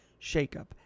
shakeup